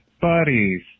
buddies